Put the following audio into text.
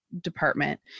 department